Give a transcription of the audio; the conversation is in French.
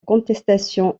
contestation